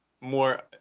more